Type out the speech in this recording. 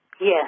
Yes